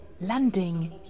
landing